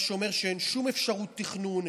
מה שאומר שאין שום אפשרות תכנון,